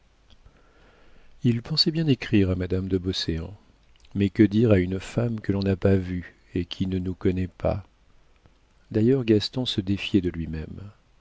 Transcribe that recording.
il pensait bien à écrire à madame de beauséant mais que dire à une femme que l'on n'a pas vue et qui ne nous connaît pas d'ailleurs gaston se défiait de lui-même